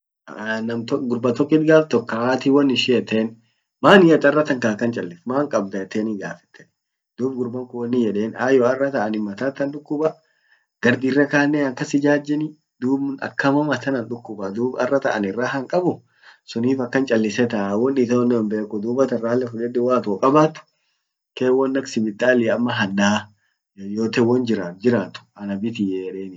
nam tok gurba tok tahatin won ishin eten maani at arratan akan cchalift? Man kabda eteni gaffet. Dub gurban kun wonnin yeden ayyo an arratan matat an dukuba, gar dirra kannen an kas ijajeni, dub akama matan an dukuba, dub arratan anin raha hinkabu sunif akan chalise taa, dubattan ralle fudedi waat wokabat kee won ak sibitallia ama hadda, yoyote won jirat jirat anabitii.